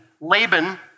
Laban